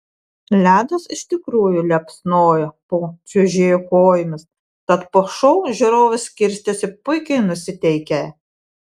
ledas iš tikrųjų liepsnojo po čiuožėjų kojomis tad po šou žiūrovai skirstėsi puikiai nusiteikę